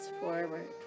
forward